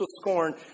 scorn